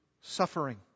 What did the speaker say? suffering